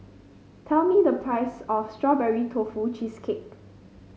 tell me the price of Strawberry Tofu Cheesecake